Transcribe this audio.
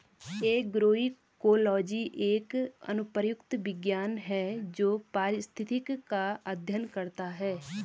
agroecology एक अनुप्रयुक्त विज्ञान है जो पारिस्थितिक का अध्ययन करता है